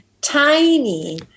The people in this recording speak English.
tiny